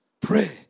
Pray